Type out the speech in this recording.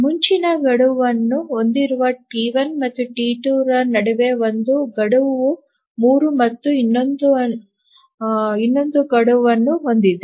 ಮುಂಚಿನ ಗಡುವನ್ನು ಹೊಂದಿರುವ ಟಿ 1 ಮತ್ತು ಟಿ2 ರ ನಡುವೆ ಒಂದು ಗಡುವು 3 ಮತ್ತು ಇನ್ನೊಂದು ಗಡುವನ್ನು ಹೊಂದಿದೆ